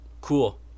cool